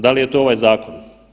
Da li je to ovaj zakon?